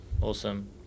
awesome